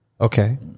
Okay